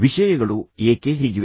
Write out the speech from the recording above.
ವಿಷಯಗಳು ಏಕೆ ಹೀಗಿವೆ